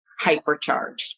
hypercharged